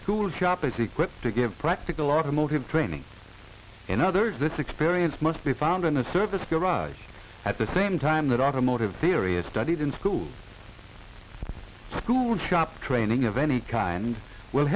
school shop is equipped to give practical automotive training in other words this experience must be found in a service garage at the same time that automotive theory is studied in school school shop training of any kind will